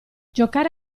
giocare